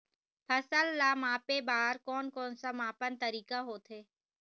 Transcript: फसल ला मापे बार कोन कौन सा मापन तरीका होथे?